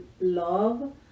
love